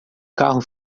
carro